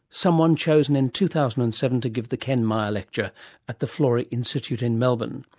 someone chosen in two thousand and seven to give the ken myer lecture at the florey institute in melbourne.